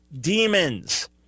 demons